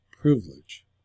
privilege